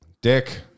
Dick